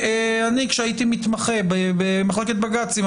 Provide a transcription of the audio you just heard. כשהייתי מתמחה במחלקת בג"צים,